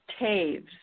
Taves